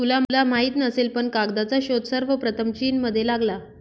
तुला माहित नसेल पण कागदाचा शोध सर्वप्रथम चीनमध्ये लागला